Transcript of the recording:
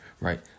right